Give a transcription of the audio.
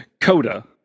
Coda